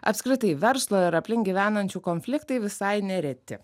apskritai verslo ir aplink gyvenančių konfliktai visai nereti